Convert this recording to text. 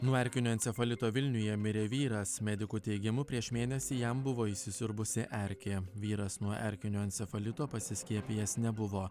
nuo erkinio encefalito vilniuje mirė vyras medikų teigimu prieš mėnesį jam buvo įsisiurbusi erkė vyras nuo erkinio encefalito pasiskiepijęs nebuvo